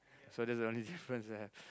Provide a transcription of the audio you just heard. so that's the only difference I have